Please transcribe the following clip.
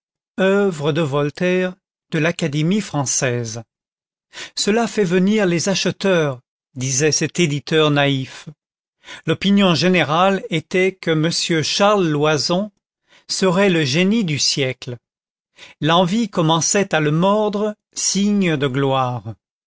oeuvres de voltaire de l'académie française cela fait venir les acheteurs disait cet éditeur naïf l'opinion générale était que m charles loyson serait le génie du siècle l'envie commençait à le mordre signe de gloire